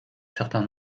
certain